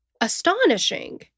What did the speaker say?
astonishing